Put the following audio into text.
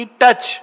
touch